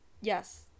yes